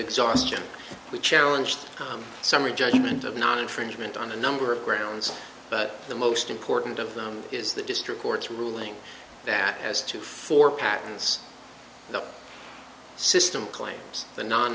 exhaustion we challenge the summary judgment of not infringe meant on a number of grounds but the most important of them is the district court's ruling that has two four patents the system claims the non